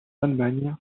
allemagne